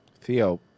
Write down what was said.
theo